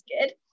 good